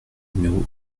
numéro